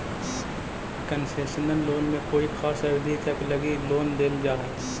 concessional loan में कोई खास अवधि तक लगी लोन देल जा हइ